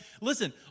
listen